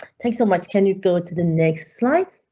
thanks so much. can you go to the next slide?